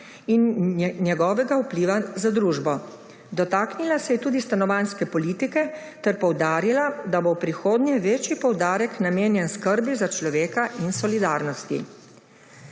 in njegovega vpliva za družbo. Dotaknila se je tudi stanovanjske politike ter poudarila, da bo v prihodnje večji poudarek namenjen skrbi za človeka in solidarnosti.